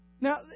Now